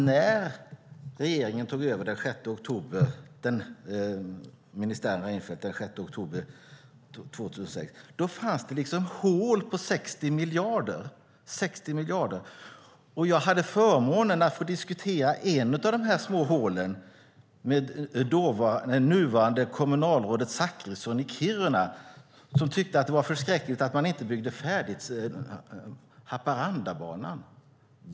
När ministären Reinfeldt tog över den 6 oktober 2006 fanns det hål på 60 miljarder. Jag hade förmånen att få diskutera ett av dessa små hål med nuvarande kommunalrådet i Kiruna Zakrisson, som tyckte att det var förskräckligt att man inte byggde färdigt Haparandabanan.